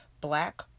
Black